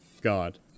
god